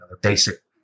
basic